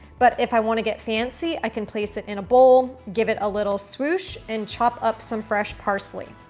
but if i want to get fancy, i can place it in a bowl, give it a little swoosh, and chop up some fresh parsley.